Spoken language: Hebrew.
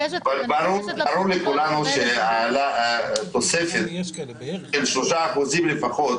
ברור לכולנו, שהתוספת של 3% לפחות,